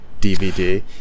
DVD